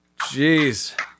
Jeez